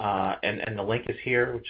and and the link is here.